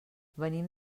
venim